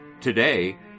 today